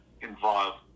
involved